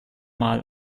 mal